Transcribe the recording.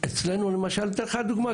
אני אתן לך גם דוגמה,